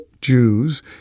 Jews